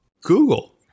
google